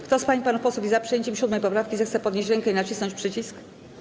Kto z pań i panów posłów jest za przyjęciem 7. poprawki, zechce podnieść rękę i nacisnąć przycisk.